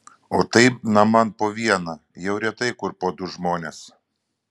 o taip naman po vieną jau retai kur po du žmones